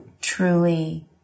truly